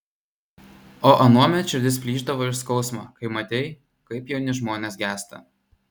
o anuomet širdis plyšdavo iš skausmo kai matei kaip jauni žmonės gęsta